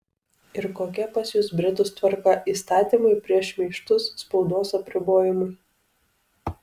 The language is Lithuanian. ir kokia pas jus britus tvarka įstatymai prieš šmeižtus spaudos apribojimai